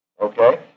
Okay